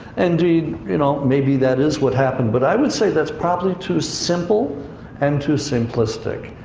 indeed, you know, maybe that is what happened, but i would say that's probably too simple and too simplistic,